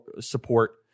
support